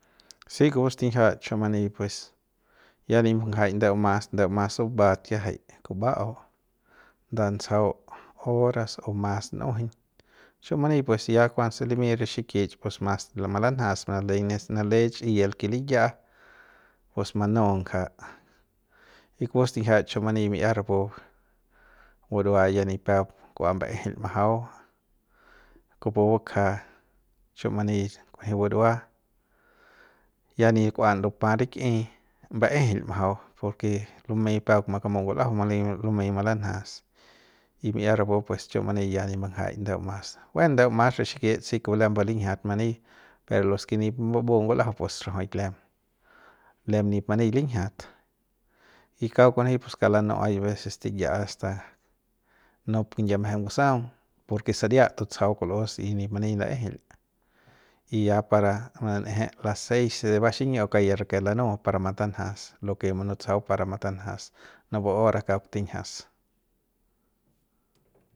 Si kupu stinjia chu mani pues ya nip mbanjai ndeu mas ndeu mas bubat kiajai kuba'u nda ntsjau horas o mas n'ujuñ chu mani pues ya kuanse limy re xikich pues mas malanjas manaleiñ ne snalech y el ke liya'a pues manu ngja y kupu stinjia chumani mi'ia rapu burua ya ni peuk kua mbaejeil majau kupu bakja chu mani kujuy burua ya nin kua lupa rik'i mbaejeil majau porke lumey peuk makamu ngul'aja lumey mani malanjas y mi'ia rapu pues chu mani ya nip mbanjaik ndeu mas buen ndeu mas re xikit si lembe linjiat many pero los ke nip mbubu ngul'ajau pues rajuk lem lem nip mani linjiat y kauk kunji pus kauk lanu ke hay veces tiya asta nup kinyie mejep ngusaung porke saria tutsajau kul'us y nip mani laejeil y ya para mananeje la seis de va xiñiu kauk ya rake lanu para matanjas lo ke munutsajau para matanjas napu hora kauk tinjias.